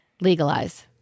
legalize